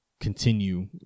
continue